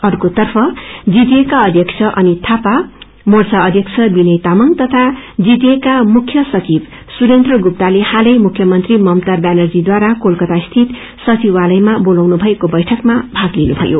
आर्केतर्फ GTA का अध्यक्ष अनित थापा मोर्चा अयक्ष विनय तामंग तथा जीटिए का मुख्य सचिव सुनेन्द्र गुप्ताले हलै मुख्यमंत्री ममता वनर्जीद्वारा कोलकातास्थित सचिवालयमा डाकेको बैठकमा भाग लिनुथयो